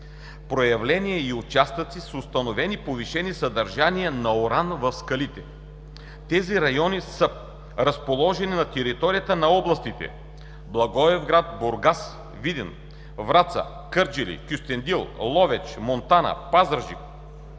проявления и участъци с установени повишени съдържания на уран в скалите. Тези райони са разположени на територията на области Благоевград, Бургас, Видин, Враца, Кърджали, Кюстендил, Ловеч, Монтана, Пазарджик,